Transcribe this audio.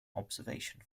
observation